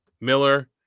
Miller